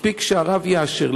מספיק שהרב יאשר.